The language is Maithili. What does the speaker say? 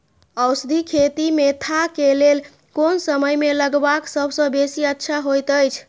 औषधि खेती मेंथा के लेल कोन समय में लगवाक सबसँ बेसी अच्छा होयत अछि?